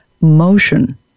motion